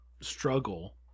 struggle